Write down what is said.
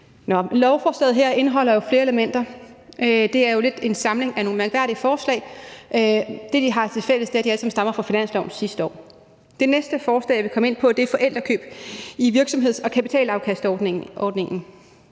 Lovforslaget her indeholder jo flere elementer – det er lidt en samling af nogle mærkværdige forslag, og det, som de har tilfælles, er, at de alle sammen stammer fra finanslovsforslaget sidste år. Det næste forslag, som jeg vil komme ind på, er forældrekøb i virksomheds- og kapitalafkastordningen.